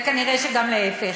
וכנראה שגם להפך.